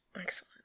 Excellent